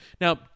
Now